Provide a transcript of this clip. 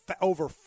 over